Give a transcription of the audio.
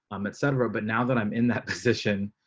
um etc. but now that i'm in that position.